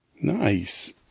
Nice